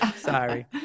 Sorry